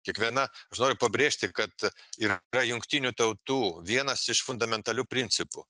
kiekviena aš noriu pabrėžti kad yra jungtinių tautų vienas iš fundamentalių principų